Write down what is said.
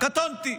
קטונתי.